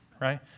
right